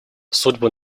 судьбы